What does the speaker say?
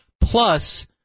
Plus